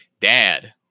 Dad